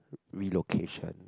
relocation